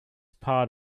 part